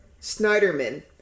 snyderman